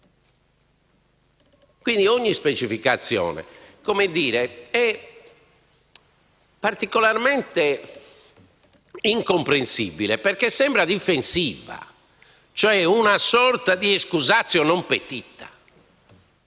Ogni specificazione è particolarmente incomprensibile perché sembra difensiva. È una sorta di *excusatio* *non* *petita*.